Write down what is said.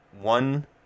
one